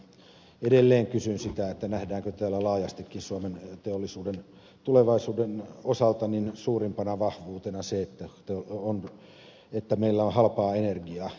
edelleen kysyn sitä nähdäänkö täällä laajastikin suomen teollisuuden tulevaisuuden osalta suurimpana vahvuutena se että meillä on halpaa energiaa